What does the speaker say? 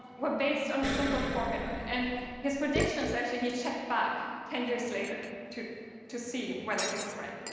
were based on a simple formula. and his predictions, actually he checked back ten years later to to see whether he was right.